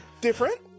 different